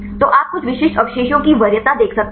तो आप कुछ विशिष्ट अवशेषों की वरीयता देख सकते हैं